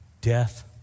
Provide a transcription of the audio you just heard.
Death